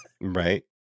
Right